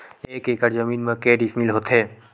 एक एकड़ जमीन मा के डिसमिल होथे?